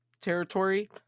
territory